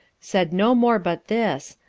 said no more but this,